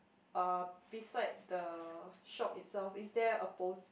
uh beside the shop itself is there a post